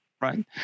Right